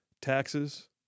taxes